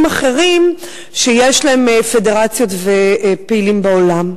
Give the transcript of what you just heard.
אחרים שיש להם פדרציות ופעילים בעולם?